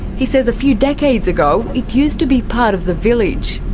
he says a few decades ago it used to be part of the village.